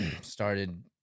started